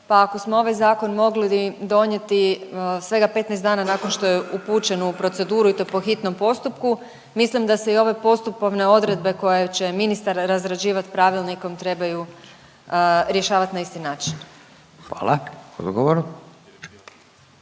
pa ako smo ovaj Zakon mogli donijeti svega 15 dana nakon što je upućen u proceduru i to po hitnom postupku, mislim da se i ove postupovne odredbe koje će ministar razrađivati pravilnikom trebaju rješavati na isti način.